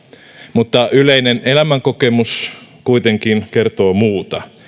mutta yleinen elämänkokemus kuitenkin kertoo muuta